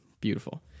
beautiful